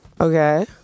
Okay